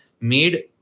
made